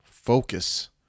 Focus